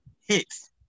hits